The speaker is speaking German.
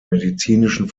medizinischen